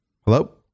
Hello